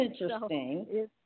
interesting